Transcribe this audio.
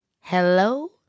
Hello